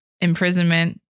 imprisonment